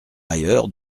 ailleurs